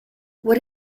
what